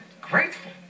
Grateful